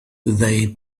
they